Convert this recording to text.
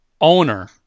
owner